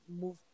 move